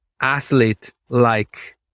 athlete-like